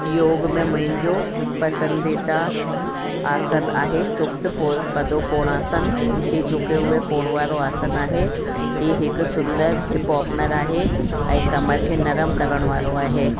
योग में मुंहिंजो पसंदीदा आसन आहे सुप्तपो पदो कोणासन ही झुके हूए कोड़ वारो आसन आहे ही हिकु सुंदर हिप ओपनर आहे ऐं कमर खे नरमु करण वारो आहे